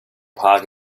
park